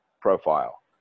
profile